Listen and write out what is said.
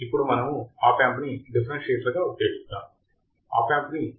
ఇప్పుడు మనము op amp ని డిఫరెన్షియేటర్ గా ఎలా ఉపయోగించాలో చూద్దాము